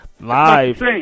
live